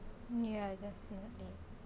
ya I just think of it